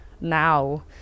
now